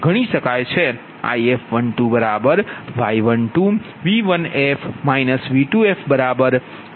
If12y12V1f V2f1Z12V1f V2f0